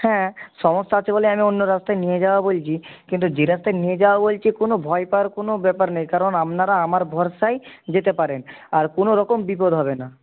হ্যাঁ সমস্যা আছে বলে আমি অন্য রাস্তায় নিয়ে যাবো বলছি কিন্তু যে রাস্তায় নিয়ে যাবো বলছি কোনো ভয় পাওয়ার কোনো ব্যাপার নেই কারণ আপনারা আমার ভরসায় যেতে পারেন আর কোনো রকম বিপদ হবে না